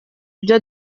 byo